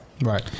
Right